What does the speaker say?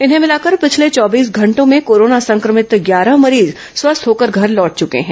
इन्हें मिलाकर पिछले चौबीस घंटों में कोरोना संक्रमित ग्यारह मरीज स्वस्थ होकर घर लौट चके हैं